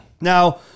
Now